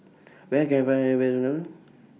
Where Can I Find The Best Unadon